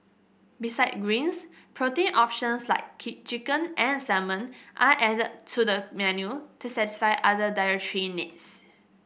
beside greens protein options like key chicken and salmon are added to the menu to satisfy other dietary needs